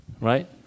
right